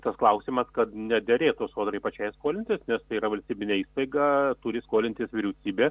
tas klausimas kad nederėtų sodrai pačiai skolinti nes tai yra valstybinė įstaiga turi skolintis vyriausybė